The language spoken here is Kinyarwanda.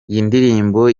iyindirimbo